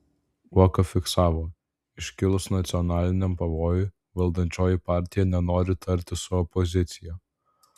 uoka fiksavo iškilus nacionaliniam pavojui valdančioji partija nenori tartis su opozicija